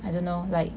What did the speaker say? I don't know like